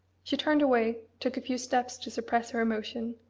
she turned away, took a few steps to suppress her emotion,